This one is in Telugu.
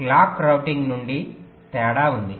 కాని క్లాక్డ్ రౌటింగ్ నుండి తేడా ఉంది